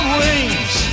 wings